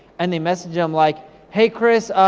and they message em, like hey chris,